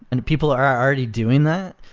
and people are already doing that,